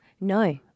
No